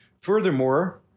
Furthermore